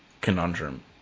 conundrum